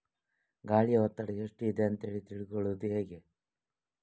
ಗಾಳಿಯ ಒತ್ತಡ ಎಷ್ಟು ಇದೆ ಅಂತ ತಿಳಿದುಕೊಳ್ಳುವುದು ಹೇಗೆ?